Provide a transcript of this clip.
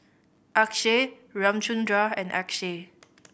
Akshay Ramchundra and Akshay